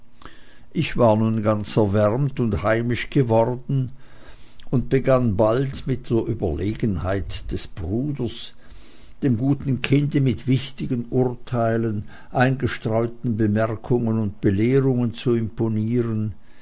ich war nun ganz erwärmt und heimisch geworden und begann bald mit der überlegenheit eines bruders dem guten kinde mit wichtigen urteilen eingestreuten bemerkungen und belehrungen zu imponieren